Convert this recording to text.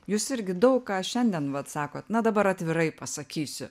jūs irgi daug ką šiandien vat sakot na dabar atvirai pasakysiu